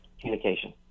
communication